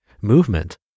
movement